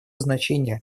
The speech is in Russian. значение